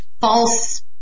false